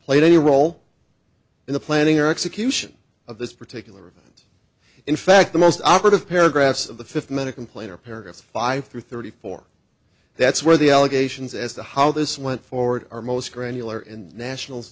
played any role in the planning or execution of this particular event in fact the most operative paragraphs of the fifth minute complain are paragraphs five through thirty four that's where the allegations as to how this went forward are most granular and nationals